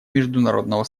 международного